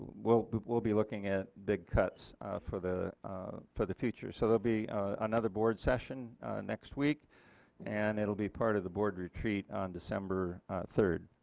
will be will be looking at big cuts for the for the future. so there will be another board session next week and it will be part of the board retreat on december three.